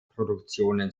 produktionen